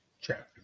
chapter